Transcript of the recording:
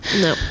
No